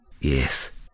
Yes